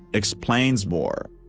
explains moore.